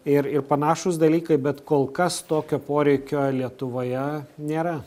ir ir panašūs dalykai bet kol kas tokio poreikio lietuvoje nėra